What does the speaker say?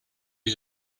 you